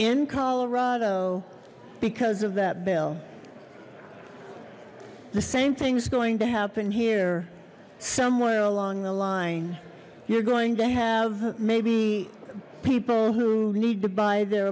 in colorado because of that bill the same thing is going to happen here somewhere along the line you're going to have maybe people who need to buy their